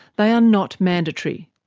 they are not mandatory.